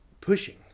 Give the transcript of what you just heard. pushing